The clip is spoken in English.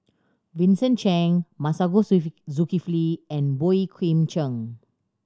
Vincent Cheng Masagos Zulkifli and Boey Kim Cheng